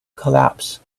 collapse